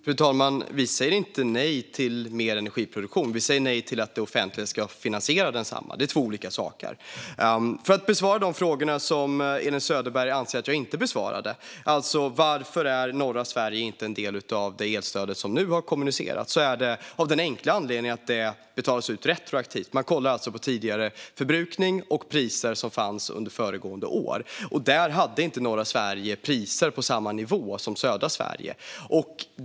Fru talman! Vi säger inte nej till mer energiproduktion, utan vi säger nej till att det offentliga ska finansiera densamma. Det är två olika saker. Jag ska besvara de frågor som Elin Söderberg anser att jag inte besvarade. Norra Sverige är inte en del av det elstöd som nu har kommunicerats av den enkla anledningen att detta stöd betalas ut retroaktivt. Man kollar alltså på tidigare förbrukning och priserna under föregående år. Då hade inte norra Sverige priser på samma nivå som södra Sverige.